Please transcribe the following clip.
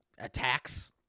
Attacks